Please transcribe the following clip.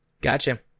Gotcha